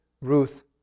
Ruth